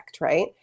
right